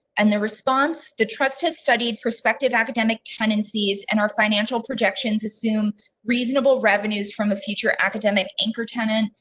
and the response, the trust has studied perspective, academic tendencies, and our financial projections, assume reasonable revenues from the future academic anchor tenant,